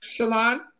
Shalon